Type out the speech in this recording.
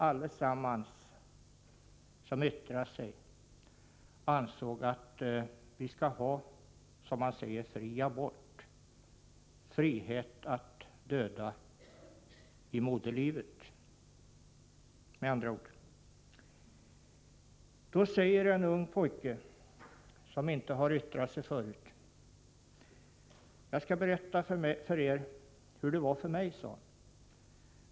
Allesammans som yttrade sig ansåg att vi skall ha — som man säger — fri abort, med andra ord frihet att döda i moderlivet. En ung pojke, som inte hade yttrat sig förut, sade plötsligt följande: Jag skall berätta för er hur det var för mig.